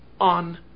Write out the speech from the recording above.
on